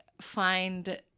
find